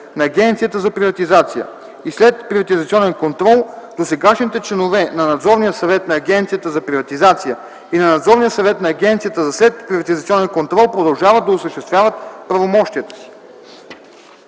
на Агенцията за приватизация и следприватизационен контрол досегашните членове на надзорния съвет на Агенцията за приватизация и на надзорния съвет на Агенцията за следприватизационен контрол продължават да осъществяват правомощията си.”